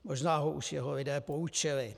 Možná ho už jeho lidé poučili.